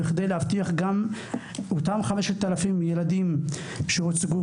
בכדי להבטיח גם שאותם 5,000 ילדים שהוצגו